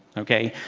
ok.